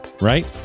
right